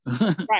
Right